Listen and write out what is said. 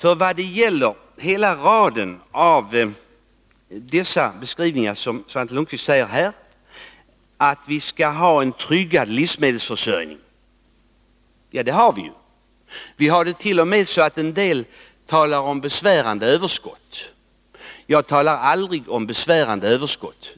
Svante Lundkvist lämnade en lång rad beskrivningar och sade att vi måste ha en tryggad livsmedelsförsörjning. Men det har vi ju! En del talar t.o.m. om ”besvärande överskott”. Jag talar aldrig om besvärande överskott.